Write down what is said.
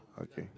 okay